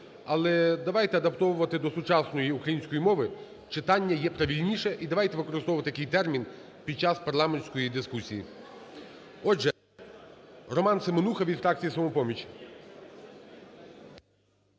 але давайте адаптовувати до сучасної української мови, читa'ння є правильніше і давайте використовувати такий термін під час парламентської дискусії. Отже, Роман Семенуха, від фракції "Самопоміч".